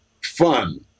Fun